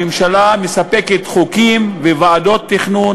הממשלה מספקת חוקים וועדות תכנון,